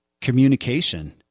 communication